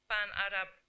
Pan-Arab